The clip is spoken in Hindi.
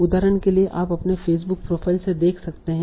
उदाहरण के लिए आप अपने फेसबुक प्रोफाइल से देख सकते हैं